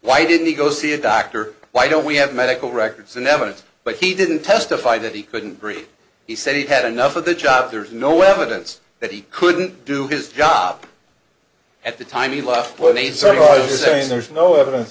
why didn't he go see a doctor why don't we have medical records and evidence but he didn't testify that he couldn't breathe he said he had enough of the job there's no evidence that he couldn't do his job at the time he left plays are serious there's no evidence